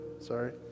Sorry